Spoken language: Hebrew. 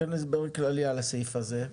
תן לנו הסבר כללי על הסעיף הזה.